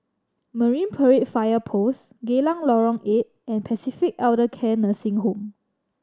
Marine Parade Fire Post Geylang Lorong Eight and Pacific Elder Care Nursing Home